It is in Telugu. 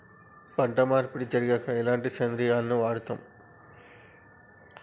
పంట మార్పిడి జరిగాక ఎలాంటి సేంద్రియాలను వాడుతం?